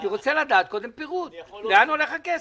אני רוצה לדעת קודם פירוט לאן הולך הכסף,